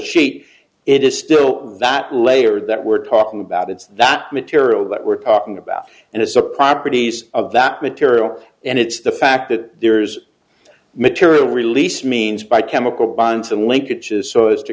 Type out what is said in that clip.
shape it is still that layer that we're talking about it's that material that we're talking about and it's the properties of that material and it's the fact that there's material release means by chemical bonds and link